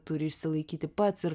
turi išsilaikyti pats ir